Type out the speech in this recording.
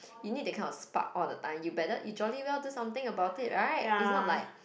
you need that kind of spark all the time you better you jolly well do something about it right is not like